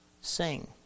sing